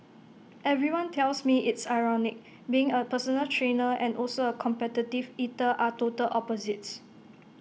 everyone tells me it's ironic being A personal trainer and also A competitive eater are total opposites